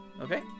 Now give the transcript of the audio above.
Okay